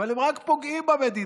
אבל הם רק פוגעים במדינה.